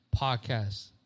podcast